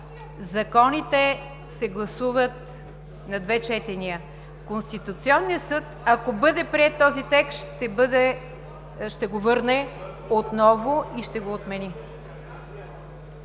Законите се гласуват на две четения. Конституционният съд, ако бъде прие приет този текст, ще го върне отново и ще го отмени.